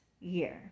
year